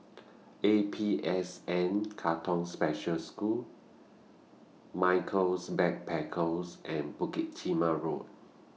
A P S N Katong Special School Michaels Backpackers and Bukit Timah Road